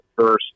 first